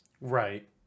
right